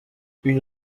une